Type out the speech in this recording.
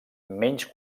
menys